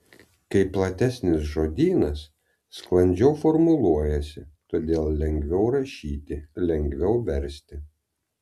kai platesnis žodynas sklandžiau formuluojasi todėl lengviau rašyti lengviau versti